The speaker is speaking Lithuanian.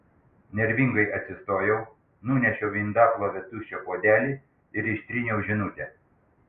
nervingai atsistojau nunešiau į indaplovę tuščią puodelį ir ištryniau žinutę